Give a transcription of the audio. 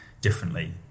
differently